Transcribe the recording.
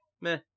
Meh